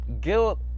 Guilt